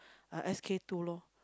uh S_K-two lor